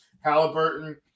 Halliburton